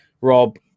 Rob